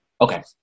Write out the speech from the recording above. Okay